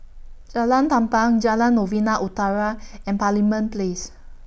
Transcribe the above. Jalan Tampang Jalan Novena Utara and Parliament Place